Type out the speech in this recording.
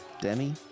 Demi